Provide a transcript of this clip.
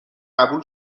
قبول